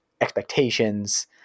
expectations